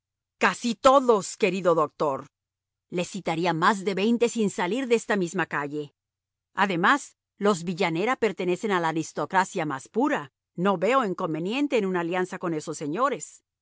casi todos querido doctor le citaría más de veinte sin salir de esta misma calle además los villanera pertenecen a la aristocracia más pura no veo inconveniente en una alianza con esos señores